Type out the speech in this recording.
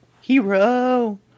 Hero